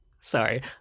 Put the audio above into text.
sorry